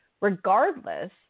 regardless